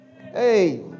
Hey